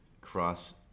cross